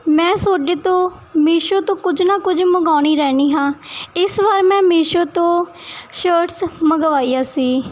ਮੈਂ ਤੁਹਾਡੇ ਤੋਂ ਮੀਸ਼ੋ ਤੋਂ ਕੁਝ ਨਾ ਕੁਝ ਮੰਗਾਉਂਦੀ ਰਹਿੰਦੀ ਹਾਂ ਇਸ ਵਾਰ ਮੈਂ ਮੀਸ਼ੋ ਤੋਂ ਸ਼ਰਟਸ ਮੰਗਵਾਈਆਂ ਸੀ